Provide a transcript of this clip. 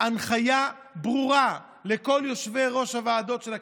הנחיה ברורה לכל יושבי-ראש הוועדות של הכנסת: